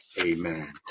amen